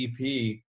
EP